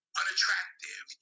unattractive